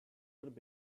would